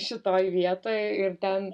šitoj vietoj ir ten